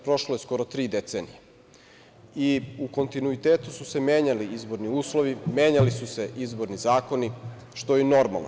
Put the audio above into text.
Prošlo je skoro tri decenije i u kontinuitetu su se menjali izborni uslovi, menjali su se izborni zakoni, što je normalno.